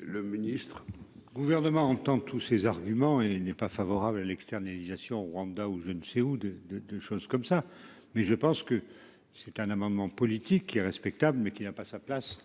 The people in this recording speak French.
Le ministre. Le gouvernement entend tous ces arguments et il n'est pas favorable à l'externalisation Rwanda ou je ne sais où, de, de, de choses comme ça mais je pense que c'est un amendement politique qui est respectable mais qui n'a pas sa place